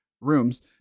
rooms